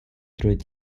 through